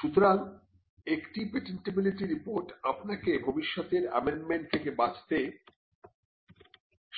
সুতরাং একটি patentability report আপনাকে ভবিষ্যতের আমেন্ডমেন্ট থেকে বাঁচতে